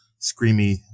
screamy